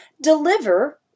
deliver